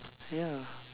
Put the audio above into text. ya